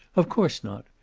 of course not!